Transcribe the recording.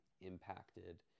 impacted